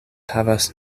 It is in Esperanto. havas